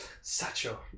Sacho